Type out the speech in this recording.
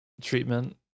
treatment